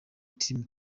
team